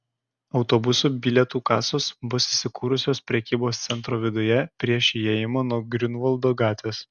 autobusų bilietų kasos bus įsikūrusios prekybos centro viduje prieš įėjimą nuo griunvaldo gatvės